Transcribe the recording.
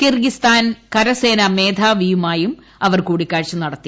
Kyrgyz കരസേനാ മേധാവിയുമായും അവർ കൂടിക്കാഴ്ച നടത്തി